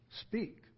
speak